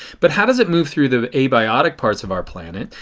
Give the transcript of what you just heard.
but how does it move through the abiotic parts of our planet?